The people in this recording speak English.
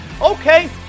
Okay